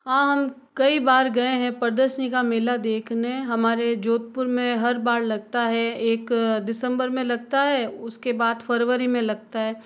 हाँ हम कई बार गए हैं प्रदर्शनी का मेला देखने हमारे जोधपुर में हर बार लगता है एक दिसंबर में लगता है उसके बाद फ़रवरी में लगता है